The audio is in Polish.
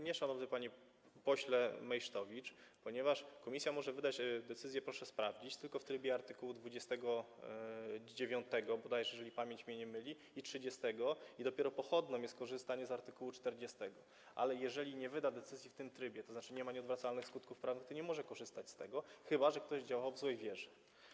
Nie, szanowny panie pośle Meysztowicz, ponieważ komisja może wydać decyzję - proszę sprawdzić - tylko w trybie bodajże art. 29, jeżeli pamięć mnie nie myli, i art. 30 i dopiero pochodną jest korzystanie z art. 40, ale jeżeli nie wyda decyzji w tym trybie, tzn. nie ma nieodwracalnych skutków prawnych, to nie może korzystać z tego, chyba że ktoś działał w złej wierze.